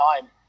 time